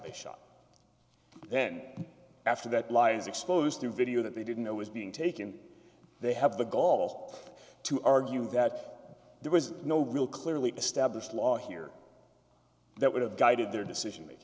they shot then after that lie is exposed to video that they didn't know was being taken they have the gall to argue that there was no real clearly established law here that would have guided their decision